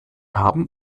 haben